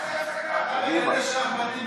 לעתיד או לעבר?